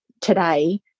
today